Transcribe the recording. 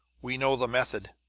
we know the method.